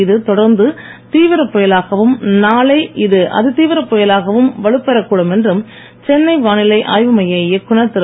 இது தொடர்ந்து தீவிரப் புயலாகவும் நாளை இது அதிதீவிரப் புயலாகவும் வலுப்பெறக் கூடும் என்று சென்னை வானிலை ஆய்வு மைய இயக்குநர் திரு